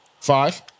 Five